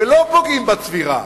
ולא פוגעים בצבירה.